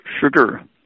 sugar